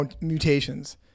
mutations